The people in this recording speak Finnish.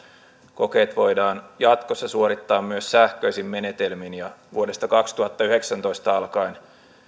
kokeet voidaan jatkossa suorittaa myös sähköisin menetelmin ja vuodesta kaksituhattayhdeksäntoista alkaen